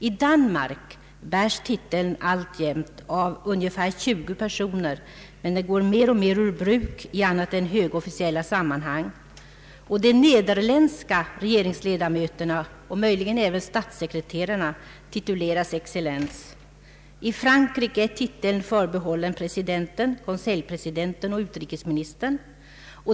I Danmark bäres titeln alltjämt av ungefär 20 personer, men den går mer och mer ur bruk i annat än högofficiella sammanhang. De nederländska regeringsledamöterna, möjligen även statssekreterarna, tituleras excellens. I Frankrike är titeln förbehållen presidenten, konseljpresidenten och utrikesministern.